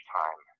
time